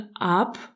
up